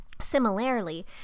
Similarly